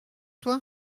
toi